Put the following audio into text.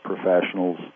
professionals